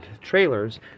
trailers